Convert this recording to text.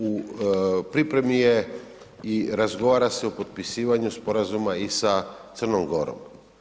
U pripremi je i razgovara se o potpisivanju sporazuma i sa Crnom Gorom.